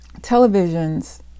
televisions